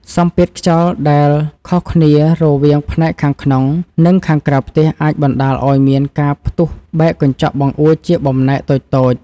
សម្ពាធខ្យល់ដែលខុសគ្នារវាងផ្នែកខាងក្នុង និងខាងក្រៅផ្ទះអាចបណ្តាលឱ្យមានការផ្ទុះបែកកញ្ចក់បង្អួចជាបំណែកតូចៗ។